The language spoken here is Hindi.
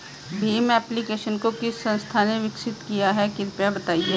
भीम एप्लिकेशन को किस संस्था ने विकसित किया है कृपया बताइए?